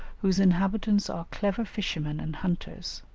whose inhabitants are clever fishermen and hunters,